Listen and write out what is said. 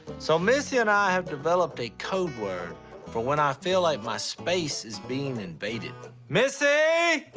so missy and i have developed a code word for when i feel like my space is being invaded missy!